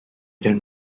then